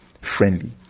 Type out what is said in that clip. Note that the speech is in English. friendly